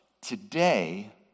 Today